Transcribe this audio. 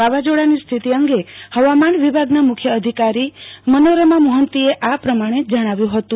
વાવાઝેડાની સ્થીતિ અંગે હવામાન વિભાગના મુખ્ય અધિકારી મનોરમા મોફન્તીએ આ પ્રમાણે જણાવ્યું હતું